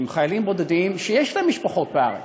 הם חיילים בודדים שיש להם משפחות בארץ,